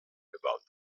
about